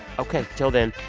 ok. until then,